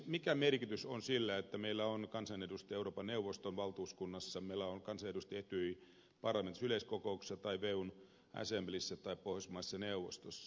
mikä merkitys on sillä että meillä on kansanedustaja euroopan neuvoston valtuuskunnassa meillä on kansanedustaja etyjin parlamentaarisessa yleiskokouksessa tai weun assemblyssä tai pohjoismaiden neuvostossa